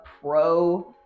pro-